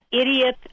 Idiot